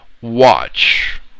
watch